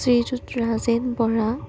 Srijut Rajen Bora